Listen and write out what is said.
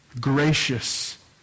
Gracious